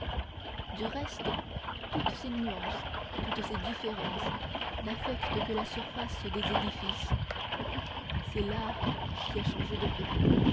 du reste toutes ces nuances toutes ces différences n'affectent que la surface des édifices c'est l'art qui a changé de peau